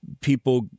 people